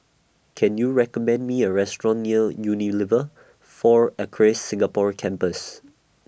Can YOU recommend Me A Restaurant near Unilever four Acres Singapore Campus